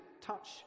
touch